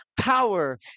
power